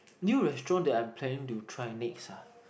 new restaurant that I'm planning to try next ah